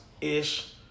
ish